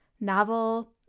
novel